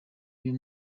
uyu